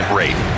rate